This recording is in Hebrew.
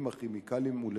המחצבים והכימיקלים ולשווקם.